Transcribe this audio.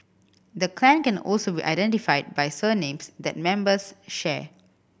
the clan can also be identified by surnames that members share